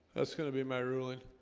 that's gonna be my ruling